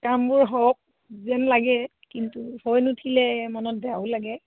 কামবোৰ হওক যেন লাগে কিন্তু হয় নুঠিলে মনত বেয়াও লাগে